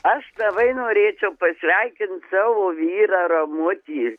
aš davai norėčiau pasveikint savo vyrą ramutį